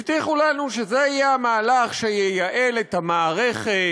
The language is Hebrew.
הבטיחו לנו זה יהיה המהלך שייעל את המערכת,